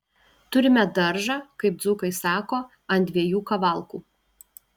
turime daržą kaip dzūkai sako ant dviejų kavalkų